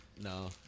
no